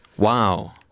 Wow